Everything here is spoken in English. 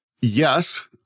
Yes